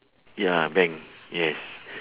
ya bank yes